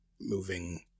moving